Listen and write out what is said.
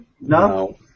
No